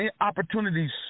Opportunities